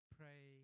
pray